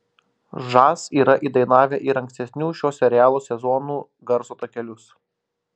žas yra įdainavę ir ankstesnių šio serialo sezonų garso takelius